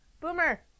Boomer